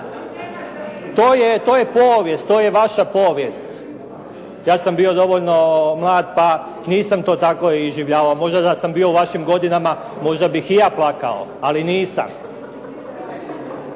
To je povijest. To je vaša povijest. Ja sam bio dovoljno mlad, pa nisam to tako iživljavao. Možda da sam bio u vašim godinama možda bih i ja plakao, ali nisam.